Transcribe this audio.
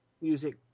music